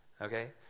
Okay